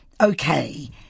okay